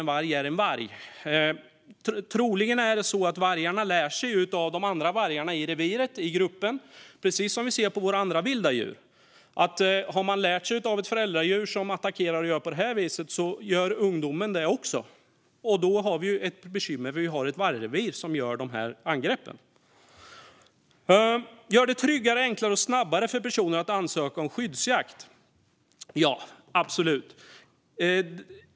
En varg är en varg. Troligen är det så att vargarna lär sig av de andra vargarna i gruppen och i reviret, precis som andra vilda djur. Har de lärt sig av ett föräldradjur som attackerar och gör på ett visst vis gör ungdjuren också det. Då har vi ett bekymmer, för då har vi ett vargrevir som begår de här angreppen. En annan del i det föreslagna tillkännagivandet är att regeringen ska göra det tryggare, enklare och snabbare för personer att ansöka om skyddsjakt. Absolut!